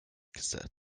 cassette